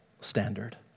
standard